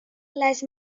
les